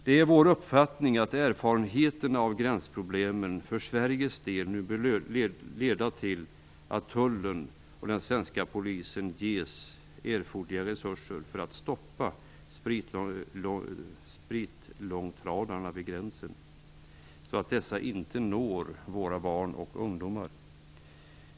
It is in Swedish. Det är vår uppfattning att erfarenheterna av gränsproblemen för Sveriges del nu bör leda till att tullen och den svenska polisen ges erforderliga resurser för att stoppa spritlångtradarna vid gränsen så att dessa inte når våra barn och ungdomar.